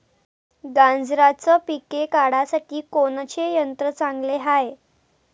गांजराचं पिके काढासाठी कोनचे यंत्र चांगले हाय?